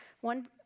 One